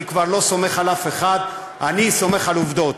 אני כבר לא סומך על אף אחד, אני סומך על עובדות.